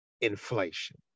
inflation